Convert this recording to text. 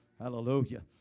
Hallelujah